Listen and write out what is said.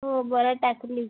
हो बरं टाकली